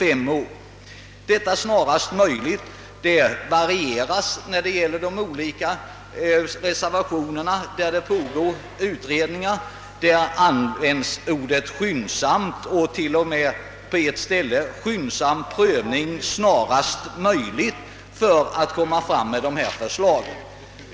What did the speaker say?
Uttrycket »snarast möjligt» varieras i de olika reservationerna — man använder uttrycket »skyndsamt» och t.o.m. på ett ställe »skyndsam prövning snarast möjligt».